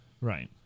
Right